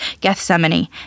Gethsemane